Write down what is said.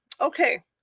Okay